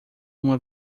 uma